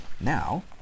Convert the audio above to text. Now